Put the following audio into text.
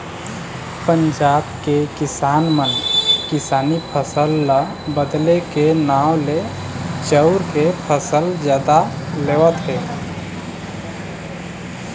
पंजाब के किसान मन किसानी फसल ल बदले के नांव ले चाँउर के फसल जादा लेवत हे